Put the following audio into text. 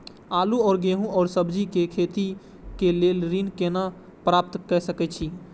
आलू और गेहूं और सब्जी के खेती के लेल ऋण कोना प्राप्त कय सकेत छी?